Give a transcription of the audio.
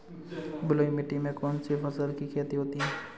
बलुई मिट्टी में कौनसी फसल की खेती होती है?